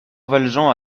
valjean